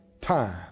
time